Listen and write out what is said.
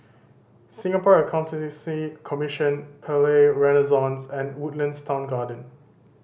Singapore Accountancy Commission Palais Renaissance and Woodlands Town Garden